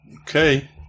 Okay